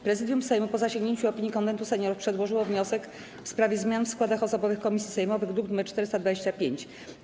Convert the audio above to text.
Prezydium Sejmu, po zasięgnięciu opinii Konwentu Seniorów, przedłożyło wniosek w sprawie zmian w składach osobowych komisji sejmowych, druk nr 425.